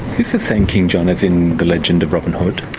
this the same king john as in the legend of robin hood?